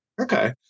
okay